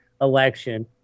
election